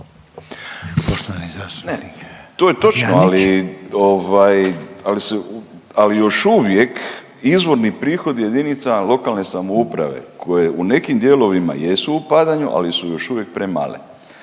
ali ovaj, ali još uvijek izvorni prihod jedinica lokalne samouprave koje u nekim dijelovima jesu u padanju, ali su još uvijek premale.